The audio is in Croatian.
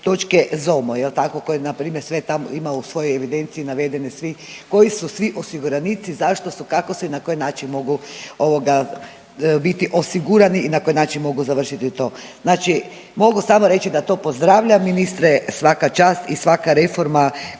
jel tako koji npr. sve tamo ima u svojoj evidenciji navedene svi, koji su svi osiguranici, zašto su, kako su i na koji način mogu ovoga biti osigurani i na koji način mogu završiti to. Znači mogu samo reći da to pozdravljam, ministre svaka čast i svaka reforma